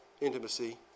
intimacy